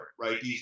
right